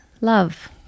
love